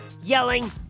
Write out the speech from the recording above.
yelling